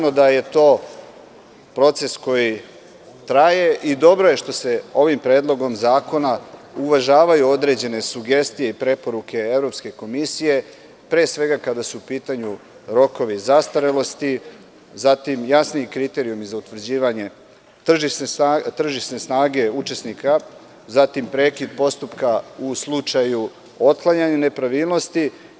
To je proces koji traje i dobro je što se ovim Predlogom zakona uvažavaju određene sugestije i preporuke Evropske komisije, pre svega kada su u pitanju rokovi zastarelosti, zatim jasni kriterijumi za utvrđivanje tržišne snage učesnika, zatim prekid postupka u slučaju otklanjanja nepravilnosti.